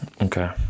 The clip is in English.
Okay